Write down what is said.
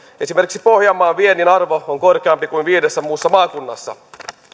esimerkiksi pohjanmaan viennin arvo on korkeampi kuin viidessä muussa maakunnassa